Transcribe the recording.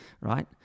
right